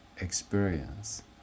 experience